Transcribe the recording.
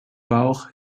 bauch